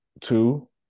two